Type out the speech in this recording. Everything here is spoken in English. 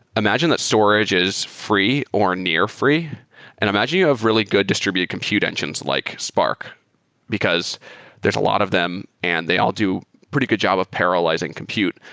imagine that storage is free or near free and imagine you have really good distributed compute engines like spark because there's a lot of them and they all do pretty good job of parallelizing compute.